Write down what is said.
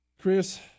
Chris